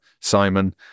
Simon